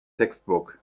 textbook